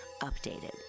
Updated